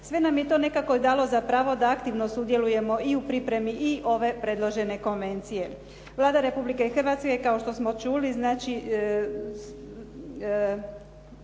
Sve nam je to nekako dalo za pravo da aktivno sudjelujemo i u pripremi i ove predložene konvencije. Vlada Republike Hrvatske kao što smo čuli, znači